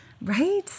right